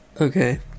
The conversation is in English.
Okay